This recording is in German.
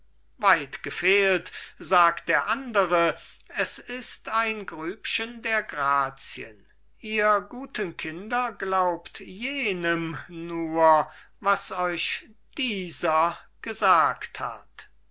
weit gefehlt sagt der andere es ist ein grübchen der grazien ihr guten kinder glaubt jenem nur was euch dieser gesagt hat